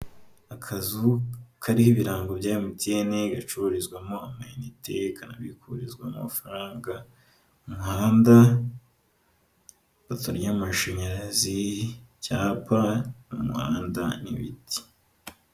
Akazu kariho ibirango bya mtn gacururizwamo ama inite kabikurizwamo amafaranga, umuhanda, ipoto ry'amashanyarazi, icyapa umuhanda, n'ibiti.